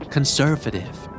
Conservative